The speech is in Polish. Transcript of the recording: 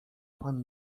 pan